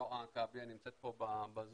דועא כעביה נמצאת פה בזום,